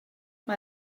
mae